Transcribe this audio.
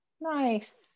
Nice